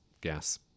gas